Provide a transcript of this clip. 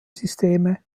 systeme